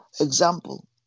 example